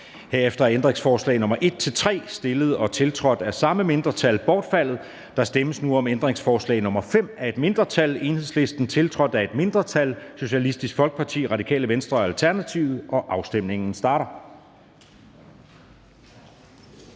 Herefter er ændringsforslag nr. 1-3, stillet og tiltrådt af samme mindretal, bortfaldet. Der stemmes nu om ændringsforslag nr. 5 af et mindretal (EL), tiltrådt af et mindretal (SF, RV og ALT), og afstemningen starter.